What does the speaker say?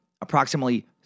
approximately